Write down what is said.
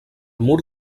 mur